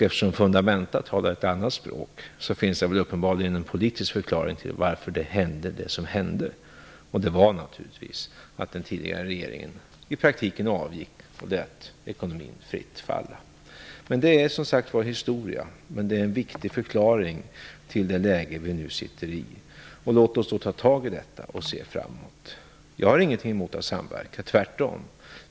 Eftersom fundamenta talar ett annat språk finns det uppenbarligen en politisk förklaring till att det hände som hände, och det är naturligtvis att den tidigare regeringen i praktiken avgick och lät ekonomin fritt falla. Detta är, som sagt, historia nu, men det är en viktig förklaring till det läge som vi nu befinner oss i. Låt oss därför ta tag i detta och se framåt! Jag har inget emot att samverka, tvärtom!